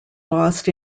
lost